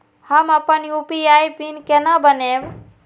हम अपन UPI pin केना बनैब?